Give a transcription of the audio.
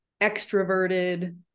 extroverted